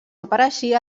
apareixia